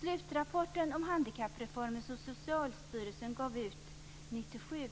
Slutrapporten om handikappreformen som Socialstyrelsen gav ut 1997